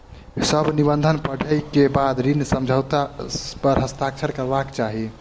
सभ निबंधन पढ़ै के बाद ऋण समझौता पर हस्ताक्षर करबाक चाही